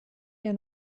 der